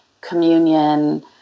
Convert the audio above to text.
communion